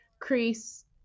Crease